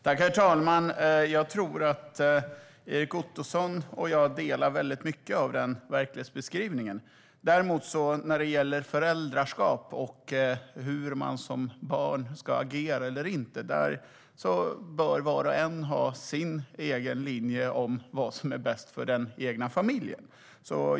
Herr talman! Jag tror Erik Ottoson och jag delar mycket av verklighetsbeskrivningen. När det däremot gäller föräldraskap och hur man som barn ska agera eller inte agera anser jag att var och en bör ha sin egen linje om vad som är bäst för den egna familjen.